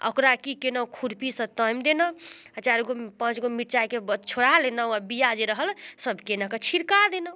आओर ओकरा कि केलहुँ खुरपीसँ तामि देलहुँ आओर चारिगो पाँचगो मिरचाइके छोड़ा लेलहुँ आओर बिआ जे रहल सबके एनाके छिड़का देलहुँ